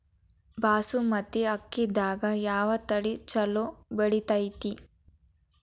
ಬಾಸುಮತಿ ಅಕ್ಕಿದಾಗ ಯಾವ ತಳಿ ಛಲೋ ಬೆಳಿತೈತಿ?